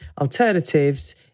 alternatives